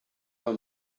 her